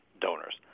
donors